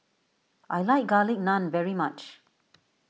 I like Garlic Naan very much